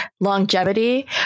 longevity